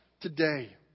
today